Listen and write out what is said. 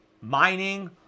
mining